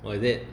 oh is it